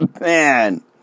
Man